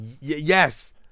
Yes